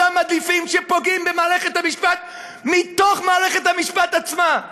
אותם מדליפים שפוגעים במערכת המשפט מתוך מערכת המשפט עצמה.